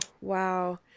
wow